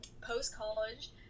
post-college